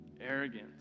arrogance